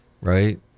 right